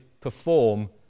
perform